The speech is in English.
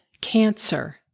Cancer